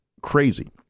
crazy